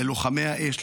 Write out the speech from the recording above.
ללוחמי האש,